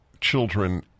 children